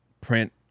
print